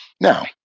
Now